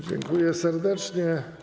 Dziękuję serdecznie.